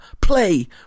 play